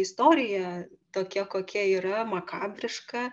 istorija tokia kokia yra makabriška